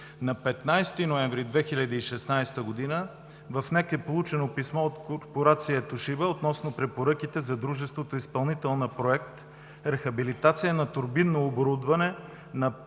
на 15 ноември 2016 г. е получено писмо от корпорация „Тошиба“ относно препоръките за дружеството – изпълнител на проект „Рехабилитация на турбинно оборудване на